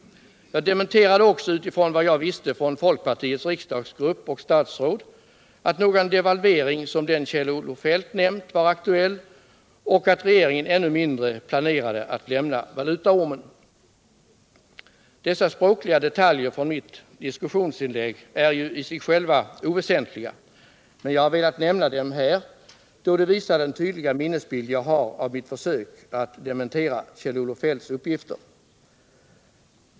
Jag dementerade också utifrån vad jag visste från folkpartiets riksdagsgrupp och statsråd att någon devalvering som den Kjell-Olof Feldt nämnt var aktuell; ännu mindre planerade regeringen att lämna valutaormen. Dessa språkliga detaljer från mitt diskussionsinlägg är ju i sig själva oväsentliga, men jag har velat nämna dem här, då de visar den tydliga minnesbild jag har av mitt försök att dementera Kjell-Olof Feldts uppgifter.